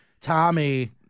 Tommy